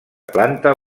planta